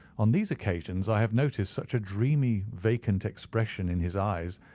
on these occasions i have noticed such a dreamy, vacant expression in his eyes,